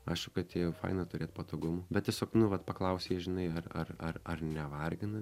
ašu kad tie jau faina turėt patogumų bet tiesiog nu vat paklausei žinai ar ar ar ar nevargina